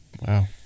Wow